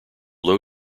low